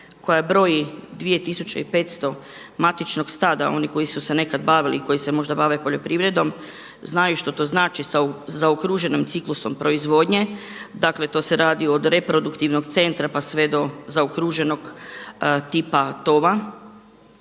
koja broji 2.500 matičnog stada oni koji su se nekad bavili i koji se možda bave poljoprivredom, znaju što to znači sa zaokruženim ciklusom proizvodnje. Dakle to se radi od reproduktivnog centra pa sve do zaokruženog tipa tova.